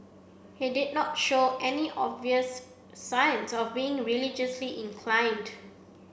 he did not show any obvious signs of being religiously inclined